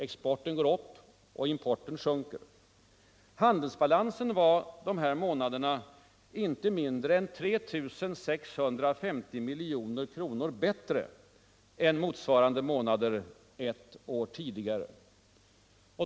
Exporten går upp och importen sjunker. Handelsbalansen var de här månaderna inte mindre än 3 650 milj.kr. bättre än motsvarande månader ett år tidigare.